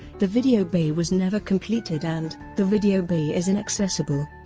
the video bay was never completed and, the video bay is inaccessible.